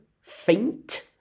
faint